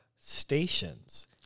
stations